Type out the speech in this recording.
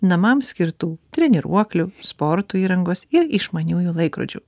namams skirtų treniruoklių sporto įrangos ir išmaniųjų laikrodžių